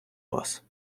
вас